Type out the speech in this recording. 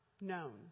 known